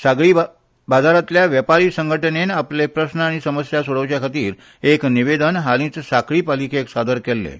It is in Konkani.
सांखळी बाजारांतल्या वेपारी संघटणेन आपले प्रस्न आनी समस्या सोडोवपा खातीर एक निवेधन हालींच सांखळी पालिकेक सादर केल्लें